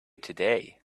today